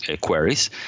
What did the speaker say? queries